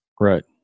right